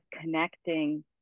connecting